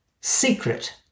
Secret